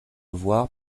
voir